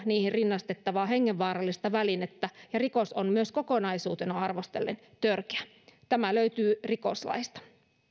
niihin rinnastettavaa hengenvaarallista välinettä ja rikos on myös kokonaisuutena arvostellen törkeä tämä löytyy rikoslaista